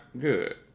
good